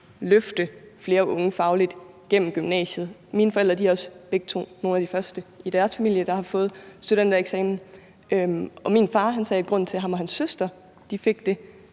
løfte flere unge fagligt gennem gymnasiet. Mine forældre er også begge to nogle af de første i deres familie, der har fået studentereksamen, og min far har fortalt, at grunden til, at han og hans søster fik en